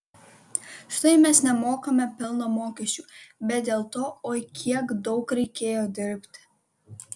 štai mes nemokame pelno mokesčio bet dėl to oi kiek daug reikėjo dirbti